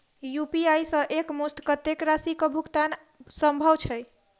UPI सऽ एक मुस्त कत्तेक राशि कऽ भुगतान सम्भव छई?